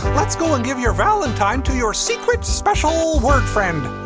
let's go and give your valentine to your secret special word friend.